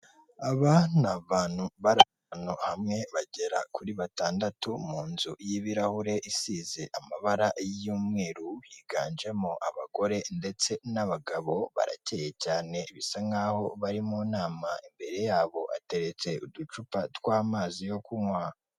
Aba ni abantu bari ahantu hamwe bagera kuri batandatu mu nzu y'ibirahure isize amabara y'umweru biganjemo abagore ndetse n'abagabo, barakeye cyane bisa nkho bari mu nama, imbere yabo ateretse uducupa tw'amazi yo kunywa.